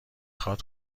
خواد